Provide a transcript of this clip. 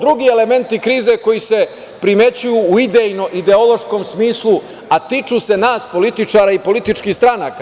Drugi elementi krize koji se primećuju u idejno ideološkom smislu, a tiču se nas političara i političkih stranaka.